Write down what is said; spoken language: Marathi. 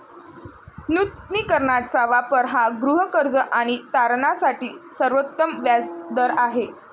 नूतनीकरणाचा वापर हा गृहकर्ज आणि तारणासाठी सर्वोत्तम व्याज दर आहे